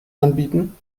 anbieten